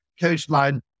coastline